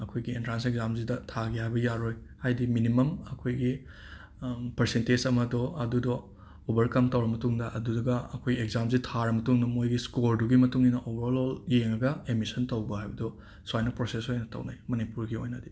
ꯑꯩꯈꯣꯏꯒꯤ entrance exam ꯑꯁꯤꯗ ꯊꯥꯒꯦ ꯍꯥꯏꯕ ꯌꯥꯔꯣꯏ ꯍꯥꯏꯗꯤ ꯃꯤꯅꯤꯃꯝ ꯑꯩꯈꯣꯏꯒꯤ ꯄꯔꯁꯦꯟꯇꯦꯁ ꯑꯃꯗꯣ ꯑꯗꯨꯗꯣ ꯎꯕꯔꯀꯝ ꯇꯧꯔ ꯃꯇꯨꯡꯗ ꯑꯗꯨꯗꯨꯒ ꯑꯩꯈꯣꯏ ꯑꯦꯛꯖꯥꯝ ꯁꯦ ꯊꯥꯔꯕ ꯃꯇꯨꯡꯗ ꯃꯣꯏꯒꯤ ꯁ꯭ꯀꯣꯔ ꯑꯗꯨꯒꯤ ꯃꯇꯨꯡ ꯏꯟꯅ ꯑꯣꯕꯔ ꯑꯣꯜ ꯌꯦꯡꯂꯒ ꯑꯦꯃꯤꯁꯟ ꯇꯧꯕ ꯍꯥꯏꯕꯗꯣ ꯁꯨꯃꯥꯏꯅ ꯄ꯭ꯔꯣꯁꯦꯁ ꯑꯣꯏꯅ ꯇꯧꯅꯩ ꯃꯅꯤꯄꯨꯔꯒꯤ ꯑꯣꯏꯅꯗꯤ